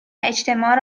اجتماع